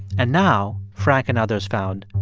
and now, frank and others found,